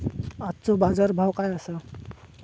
आजचो बाजार भाव काय आसा?